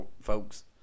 folks